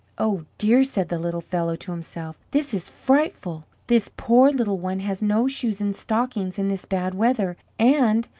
oh, dear! said the little fellow to himself, this is frightful! this poor little one has no shoes and stockings in this bad weather and,